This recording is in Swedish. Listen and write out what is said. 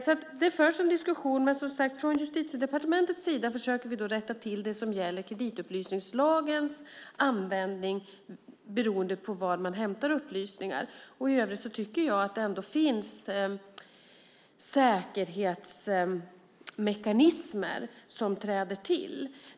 Det förs alltså en diskussion, men från Justitiedepartementets sida försöker vi rätta till det som gäller kreditupplysningslagens användning beroende på var man hämtar upplysningar. I övrigt tycker jag ändå att det finns säkerhetsmekanismer som träder till.